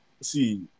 See